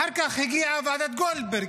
אחר כך הגיעה ועדת גולדברג.